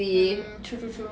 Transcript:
mm true true true